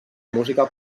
música